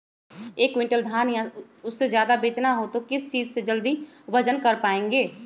एक क्विंटल धान या उससे ज्यादा बेचना हो तो किस चीज से जल्दी वजन कर पायेंगे?